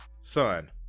son